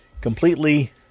Completely